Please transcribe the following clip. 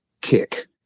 kick